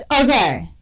okay